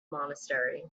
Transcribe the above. monastery